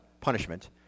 punishment